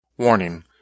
Warning